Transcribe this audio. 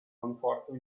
conforto